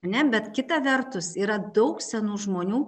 ne bet kita vertus yra daug senų žmonių